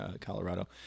Colorado